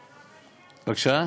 בבקשה?